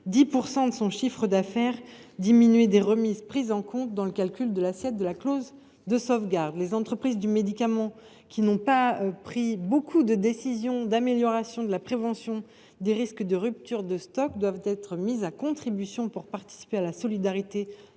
10 % de son chiffre d’affaires diminué des remises prises en compte dans le calcul de l’assiette de la clause de sauvegarde. Les entreprises du médicament, qui n’ont pas pris beaucoup de décisions d’amélioration de la prévention des risques de rupture de stock, doivent être mises à contribution pour participer à la solidarité